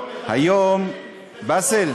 בבקשה,